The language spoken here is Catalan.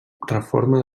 reforma